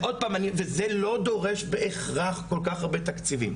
זה לא דורש בהכרח כל כך הרבה תקציבים.